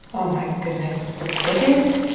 oh, my goodness. the biggest?